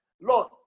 Lord